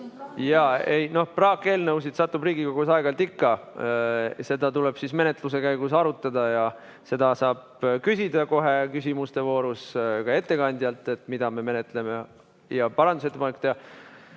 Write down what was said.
praakeelnõusid satub Riigikogusse aeg-ajalt ikka, seda tuleb menetluse käigus arutada ja seda saab küsida küsimuste voorus kohe ka ettekandjalt, et mida me menetleme, ja parandusettepanekuid teha.